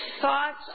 Thoughts